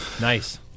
Nice